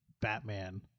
Batman